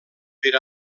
per